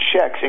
checks